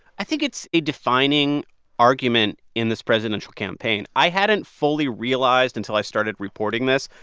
i think it's a defining argument in this presidential campaign. i hadn't fully realized, until i started reporting this,